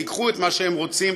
וייקחו את מה שהם רוצים,